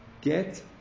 get